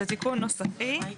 זה תיקון נוספי.